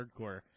hardcore